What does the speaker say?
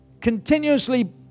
continuously